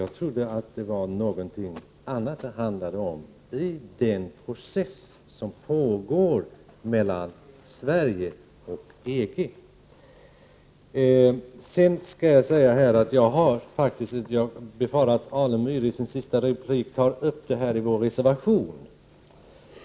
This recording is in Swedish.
Jag trodde att det handlade om någonting annat i den process som pågår när det gäller Sverige och EG. Jag befarar att Stig Alemyr i sin sista replik kommer att beröra vår reservation.